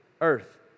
earth